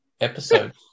episode